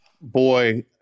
Boy